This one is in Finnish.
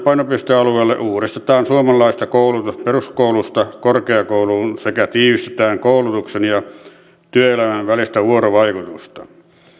painopistealueella uudistetaan suomalaista koulutusta peruskoulusta korkeakouluun sekä tiivistetään koulutuksen ja työelämän välistä vuorovaikutusta